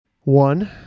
one